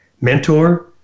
mentor